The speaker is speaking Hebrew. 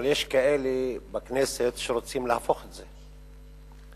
אבל יש כאלה בכנסת שרוצים להפוך את זה,